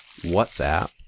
WhatsApp